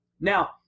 Now